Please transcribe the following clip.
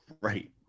right